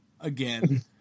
again